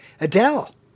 Adele